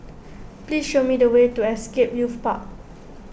please show me the way to Scape Youth Park